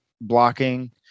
blocking